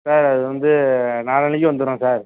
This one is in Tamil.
சார் அது வந்து நாளான்னிக்கு வந்துடுவோம் சார்